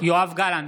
יואב גלנט,